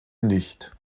nicht